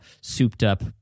souped-up